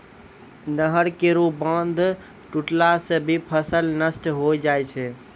नहर केरो बांध टुटला सें भी फसल नष्ट होय जाय छै